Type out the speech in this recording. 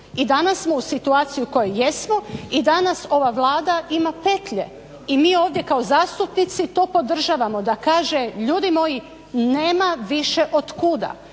I danas smo u situaciji u kojoj jesmo i danas ova Vlada ima pelje i mi ovdje kao zastupnici to podržavamo da kaže, ljudi moji nema više od kuda